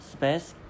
Space